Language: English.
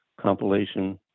compilation